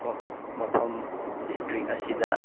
ꯃꯐꯝ ꯗꯤꯁꯇ꯭ꯔꯤꯛ ꯑꯁꯤꯗ